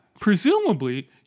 presumably